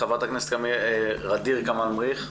חברת הכנסת ע'דיר כמאל מריח.